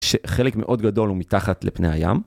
שחלק מאוד גדול הוא מתחת לפני הים.